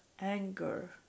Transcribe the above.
anger